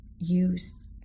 use